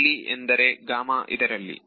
ಎಲ್ಲಿ ಎಂದರೆ ಇದರಲ್ಲಿ